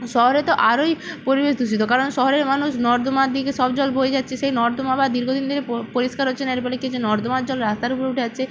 শহরে তো আরোই পরিবেশ দূষিত কারণ শহরের মানুষ নর্দমার দিকে সব জল বয়ে যাচ্ছে সেই নর্দমা আবার দীর্ঘদিন থেকে পরিষ্কার হচ্ছে না এর ফলে কী হচ্ছে নর্দমার জল রাস্তার উপর উঠে যাচ্ছে